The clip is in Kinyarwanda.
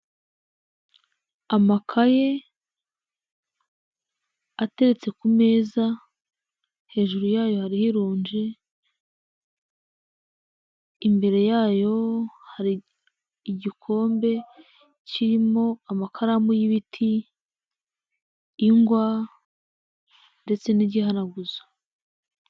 Amakaye ateretse ku meza, hejuru yayo hari ironji, imbere yayo hari igikombe kirimo amakaramu y'ibiti, ingwa ndetse n'igihanaguzo.